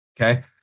okay